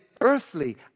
earthly